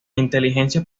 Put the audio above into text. inteligencia